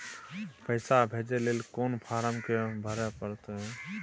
पैसा भेजय लेल कोन फारम के भरय परतै?